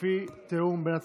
לפי תיאום בין הצדדים.